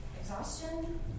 exhaustion